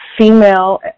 female